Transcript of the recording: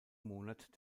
monat